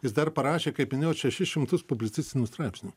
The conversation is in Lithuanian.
jis dar parašė kaip minėjot šešis šimtus publicistinių straipsnių